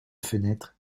fenêtre